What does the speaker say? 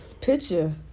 picture